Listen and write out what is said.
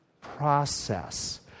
process